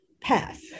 path